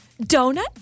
donut